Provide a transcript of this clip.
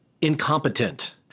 incompetent